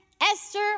Esther